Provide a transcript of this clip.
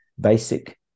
basic